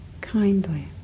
kindly